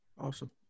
Awesome